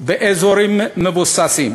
באזורים מבוססים.